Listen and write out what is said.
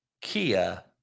Kia